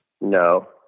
No